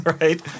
right